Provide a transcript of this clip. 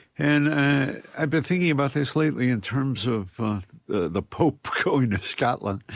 and ah i've been thinking about this lately in terms of the the pope going to scotland.